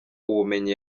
ubumenyi